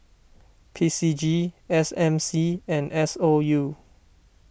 P C G S M C and S O U